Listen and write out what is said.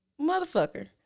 motherfucker